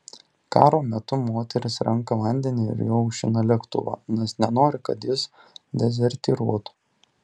karo metų moteris renka vandenį ir juo aušina lėktuvą nes nenori kad jis dezertyruotų